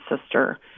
sister